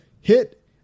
hit